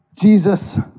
Jesus